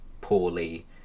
poorly